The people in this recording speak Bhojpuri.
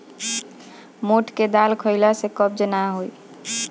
मोठ के दाल खईला से कब्ज नाइ होला